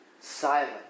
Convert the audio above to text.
silent